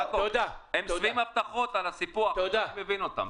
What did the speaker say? יעקב, הם שבעים הבטחות על הסיפוח, אני מבין אותם.